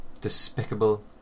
despicable